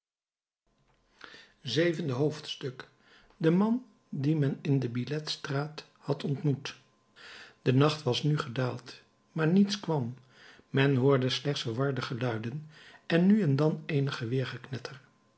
zevende hoofdstuk de man dien men in de billettes straat had ontmoet de nacht was nu gedaald maar niets kwam men hoorde slechts verwarde geluiden en nu en dan eenig